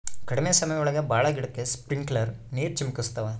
ಕಡ್ಮೆ ಸಮಯ ಒಳಗ ಭಾಳ ಗಿಡಕ್ಕೆ ಸ್ಪ್ರಿಂಕ್ಲರ್ ನೀರ್ ಚಿಮುಕಿಸ್ತವೆ